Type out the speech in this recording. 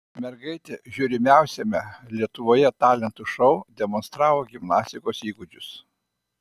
mergaitė žiūrimiausiame lietuvoje talentų šou demonstravo gimnastikos įgūdžius